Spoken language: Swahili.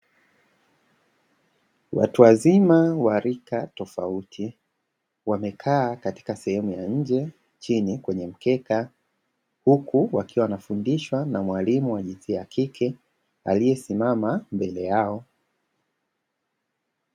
Watu wazima wa rika tofauti, wamekaa katika sehemu ya nje chini kwenye mkeka, huku wakiwa wanafundishwa na mwalimu wa jinsia ya kike, aliyesimama mbele yao.